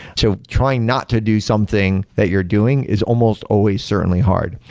so try not to do something that you're doing is almost always certainly hard.